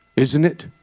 isn't it?